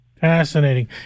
Fascinating